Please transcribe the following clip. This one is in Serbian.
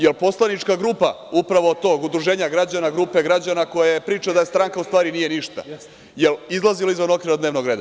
Jel poslanička grupa upravo tog udruženja građana, grupe građana, koja priča da je stranka, a u stvari nije ništa izlazila izvan okvira dnevnog reda?